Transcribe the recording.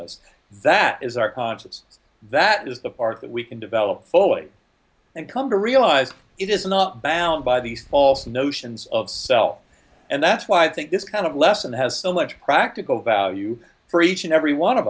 nose that is our conscious that is the part that we can develop fully and come to realize it is not bound by these false notions of self and that's why i think this kind of lesson has so much practical value for each and every one of